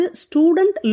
student